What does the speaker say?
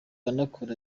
anakora